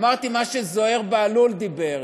אמרתי מה שזוהיר בהלול אמר.